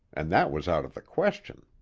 and that was out of the question.